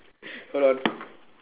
hold on